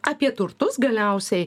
apie turtus galiausiai